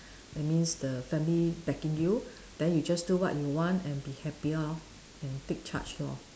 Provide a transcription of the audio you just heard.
that means the family backing you then you just do what you want and be happier lor and take charge lor